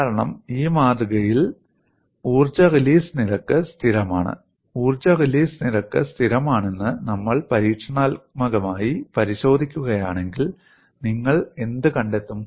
കാരണം ഈ മാതൃകയിൽ ഊർജ്ജ റിലീസ് നിരക്ക് സ്ഥിരമാണ് ഊർജ്ജ റിലീസ് നിരക്ക് സ്ഥിരമാണെന്ന് നമ്മൾ പരീക്ഷണാത്മകമായി പരിശോധിക്കുകയാണെങ്കിൽ നിങ്ങൾ എന്ത് കണ്ടെത്തും